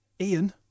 Ian